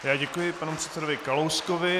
Já děkuji panu předsedovi Kalouskovi.